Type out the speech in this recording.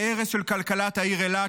להרס של כלכלת העיר אילת,